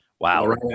Wow